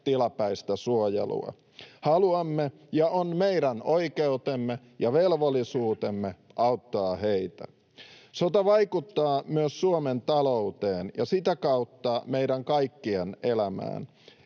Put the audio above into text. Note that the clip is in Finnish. tilapäistä suojelua. Haluamme ja on meidän oikeutemme ja velvollisuutemme auttaa heitä. Sota vaikuttaa myös Suomen talouteen ja sitä kautta meidän kaikkien elämään.